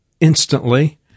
instantly